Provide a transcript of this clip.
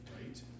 right